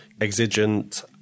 exigent